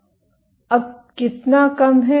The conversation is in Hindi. अब कितना कम है